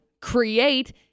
create